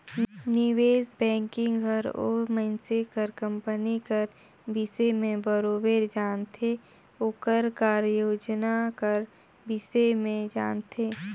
निवेस बैंकिंग हर ओ मइनसे कर कंपनी कर बिसे में बरोबेर जानथे ओकर कारयोजना कर बिसे में जानथे